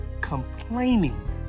complaining